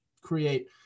create